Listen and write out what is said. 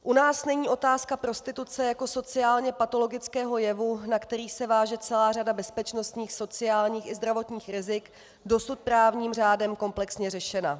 U nás není otázka prostituce jako sociálněpatologického jevu, na který se váže celá řada bezpečnostních, sociálních i zdravotních rizik, dosud právním řádem komplexně řešena.